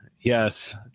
yes